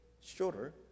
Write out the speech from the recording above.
Shorter